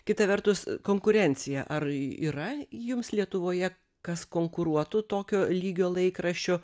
kita vertus konkurencija ar yra jums lietuvoje kas konkuruotų tokio lygio laikraščiu